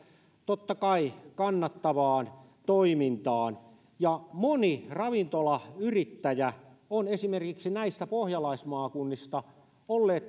totta kai kannattavaan toimintaan moni ravintolayrittäjä on esimerkiksi näistä pohjalaismaakunnista ollut